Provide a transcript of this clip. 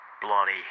Bloody